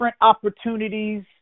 opportunities